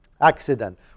Accident